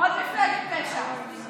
עוד מפלגת פשע.